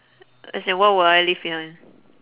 as in what would I leave behind